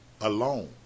alone